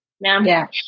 Now